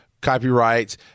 copyrights